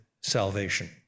salvation